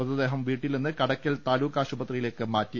മൃതദേഹം വീട്ടിൽ നിന്ന് കടയ്ക്കൽ താലൂക്ക് ആശുപത്രിയിലേക്ക് മാറ്റി